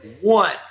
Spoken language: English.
one